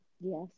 yes